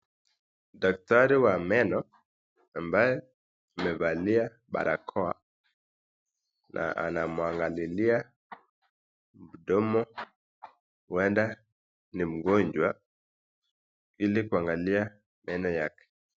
Daktari wa meno ambaye amevalia barakoa anamuangalilia mdomo huenda ni mgonjwa hili kuangalia meno yake.